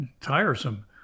tiresome